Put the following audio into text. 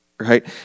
Right